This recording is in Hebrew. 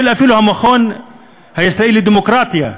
אפילו של המכון הישראלי לדמוקרטיה,